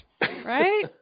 right